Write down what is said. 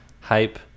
hype